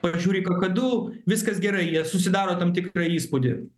pažiūri kakadu viskas gerai jie susidaro tam tikrą įspūdį